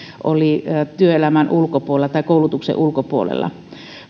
oli työelämän tai koulutuksen ulkopuolella